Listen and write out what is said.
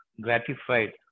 gratified